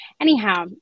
Anyhow